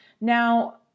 Now